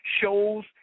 Shows